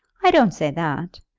i don't say that.